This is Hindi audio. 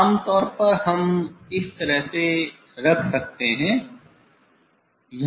आमतौर पर हम इस तरह से रख सकते हैं